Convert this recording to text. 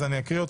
אקריא,